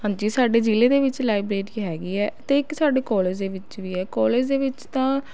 ਹਾਂਜੀ ਸਾਡੇ ਜ਼ਿਲ੍ਹੇ ਦੇ ਵਿੱਚ ਲਾਇਬ੍ਰੇਰੀ ਹੈਗੀ ਹੈ ਅਤੇ ਇੱਕ ਸਾਡੇ ਕੌਲਜ ਦੇ ਵਿੱਚ ਵੀ ਹੈ ਕੌਲਜ ਦੇ ਵਿੱਚ ਤਾਂ